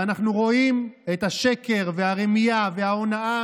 ואנחנו רואים את השקר והרמייה וההונאה